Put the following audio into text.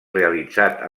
realitzat